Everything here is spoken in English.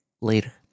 later